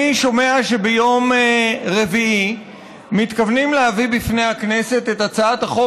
אני שומע שביום רביעי מתכוונים להביא בפני הכנסת את הצעת החוק